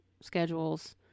schedules